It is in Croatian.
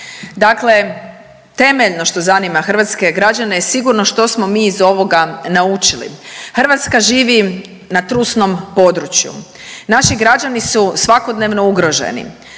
Dakle, temeljno što zanima hrvatske građane je sigurno što smo mi iz ovoga naučili. Hrvatska živi na trusnom području, naši građani su svakodnevno ugroženi